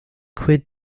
cuid